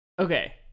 Okay